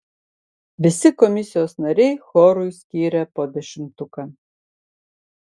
visi komisijos nariai chorui skyrė po dešimtuką